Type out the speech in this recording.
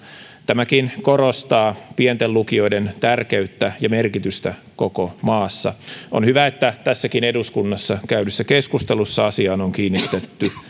tämäkin korostaa pienten lukioiden tärkeyttä ja merkitystä koko maassa on hyvä että tässäkin eduskunnassa käydyssä keskustelussa asiaan on kiinnitetty